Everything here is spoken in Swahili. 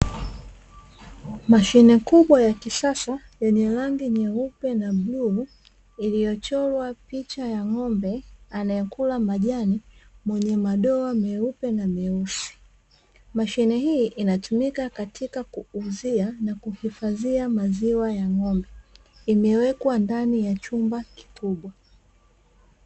Mashine kubwa ya kisasa yenye rangi nyeupe na bluu, iliyochorwa picha ya ng'ombe, anayekula majani mwenye madoa meupe na meusi. Mashine hii inatumika katika kuuzia na kuhifadhia maziwa ya ng'ombe, imewekwa ndani ya chumba kikubwa.